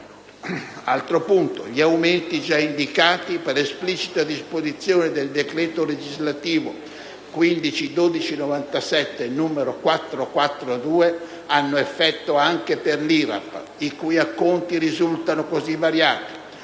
2013. Gli aumenti già indicati, per esplicita disposizione del decreto legislativo n. 442 del 15 dicembre 1997 hanno effetto anche per l'IRAP, i cui acconti risultano così variati: